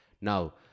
Now